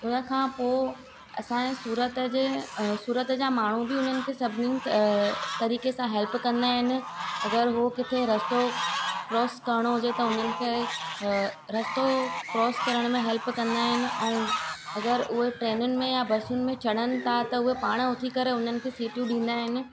हुनखां पोइ असांए सूरत जे सूरत जा माण्हूं बि हुननि खे सभिनी तरीक़े सां हेल्प कंदा आहिनि अगरि उहो किथे रस्तो क्रॉस करणो हुजे त उन्हनि खे अ रस्तो क्रॉस करण में हेल्प कंदा आहिनि ऐं अगरि उहे ट्रेनुनि में या बसियुनि में चढ़नि था त उहे पाण उथी करे हुननि खे सीटियूं ॾींदा आहिनि